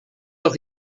noch